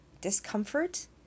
discomfort